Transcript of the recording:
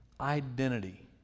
identity